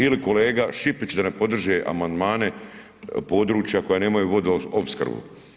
Ili kolega Šipić da ne podrži amandmane područja koja nemaju vodoopskrbu.